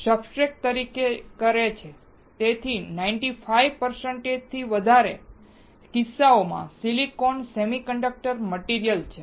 substrate તરીકે કરે છે અને 95 ટકાથી વધુ કિસ્સાઓમાં સિલિકોન સેમીકન્ડક્ટર મટીરીયલ છે